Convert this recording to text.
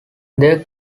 there